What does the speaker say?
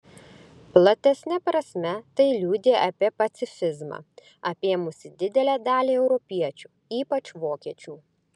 platesne prasme tai liudija apie pacifizmą apėmusį didelę dalį europiečių ypač vokiečių